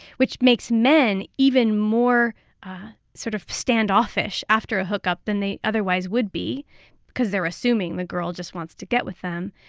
which makes men even more sort of standoffish after a hookup than they otherwise would be cause they're assuming the girl just wants to get with them.